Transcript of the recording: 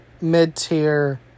mid-tier